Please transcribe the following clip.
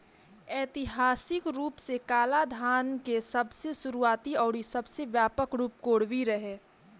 ऐतिहासिक रूप से कालाधान के सबसे शुरुआती अउरी सबसे व्यापक रूप कोरवी रहे